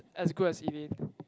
as good as Eileen